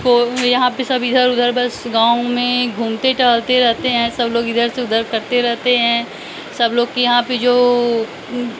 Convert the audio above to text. को यहाँ पर सब इधर उधर बस गाँव में घूमते टहलते रहते हैं सब लोग इधर से उधर करते रहते हैं सब लोग के यहाँ पर जो